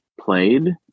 played